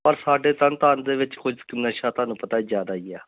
ਪਰ ਸਾਡੇ ਤਰਨ ਤਾਰਨ ਦੇ ਵਿੱਚ ਕੁਝ ਕੁ ਨਸ਼ਾ ਤੁਹਾਨੂੰ ਪਤਾ ਜ਼ਿਆਦਾ ਹੀ ਆ